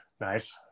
Nice